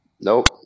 Nope